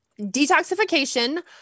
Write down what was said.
detoxification